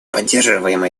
поддерживаем